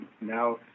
now